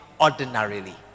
ordinarily